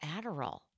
Adderall